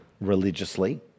religiously